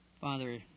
Father